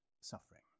suffering